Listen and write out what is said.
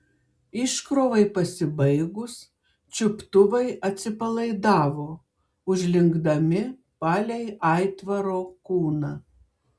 iškrovai pasibaigus čiuptuvai atsipalaidavo užlinkdami palei aitvaro kūną